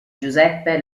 giuseppe